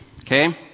okay